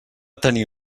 tenir